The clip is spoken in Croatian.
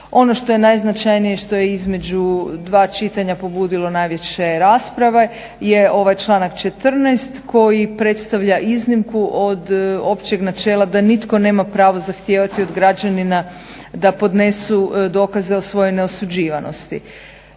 Ono što je najznačajnije, što je između dva čitanja pobudilo najviše rasprave je ovaj članak 14. koji predstavlja iznimku od općeg načela da nitko nema pravo zahtijevati od građanina da podnesu dokaze o svojoj osuđivanosti